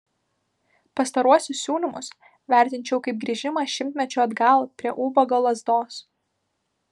pastaruosius siūlymus vertinčiau kaip grįžimą šimtmečiu atgal prie ubago lazdos